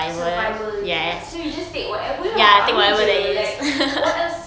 survival ya so you just take whatever lah ambil jer like what else